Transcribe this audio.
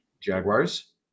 Jaguars